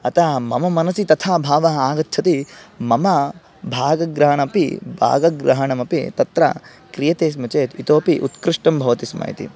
अतः मम मनसि तथा भावः आगच्छति मम भागग्रहणपि भागग्रहणमपि तत्र क्रियते स्म चेत् इतोपि उत्कृष्टं भवति स्म इति